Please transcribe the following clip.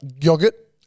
yogurt